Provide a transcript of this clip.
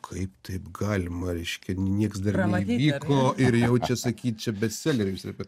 kaip taip galima reiškia nieks dar neįvyko ir jau čia sakyt čia bestselerį jūs repet